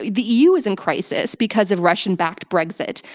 the eu is in crisis, because of russian-backed brexit.